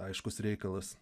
aiškus reikalas